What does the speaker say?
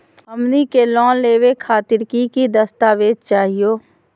हमनी के लोन लेवे खातीर की की दस्तावेज चाहीयो?